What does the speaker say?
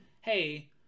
hey